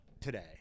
today